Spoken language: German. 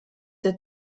der